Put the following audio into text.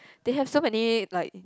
they have so many like